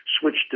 switched